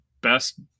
best